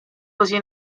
così